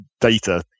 data